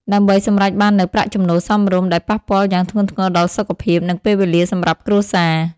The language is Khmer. ដើម្បីសម្រេចបាននូវប្រាក់ចំណូលសមរម្យ ដែលប៉ះពាល់យ៉ាងធ្ងន់ធ្ងរដល់សុខភាព និងពេលវេលាសម្រាប់គ្រួសារ។